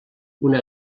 una